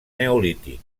neolític